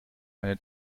eine